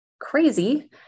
crazy